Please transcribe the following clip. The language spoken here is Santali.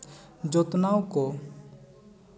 ᱡᱚᱛᱱᱟᱣ ᱠᱚ